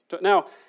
Now